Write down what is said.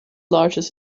largest